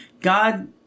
God